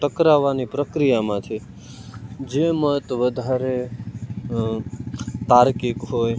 ટકરાવવાની પ્રક્રિયામાંથી જે મત વધારે તાર્કિક હોય